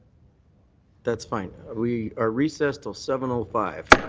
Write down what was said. that's fine. we are recessed till seven five.